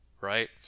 right